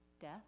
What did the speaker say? death